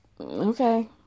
Okay